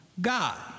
God